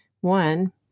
One